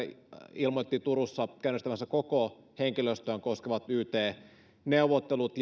ilmoitti turussa käynnistävänsä koko henkilöstöä koskevat yt neuvottelut